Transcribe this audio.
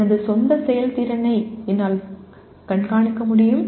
எனது சொந்த செயல்திறனை என்னால் கண்காணிக்க முடியும்